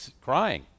crying